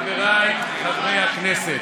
אדוני היושב-ראש, חבריי חברי הכנסת,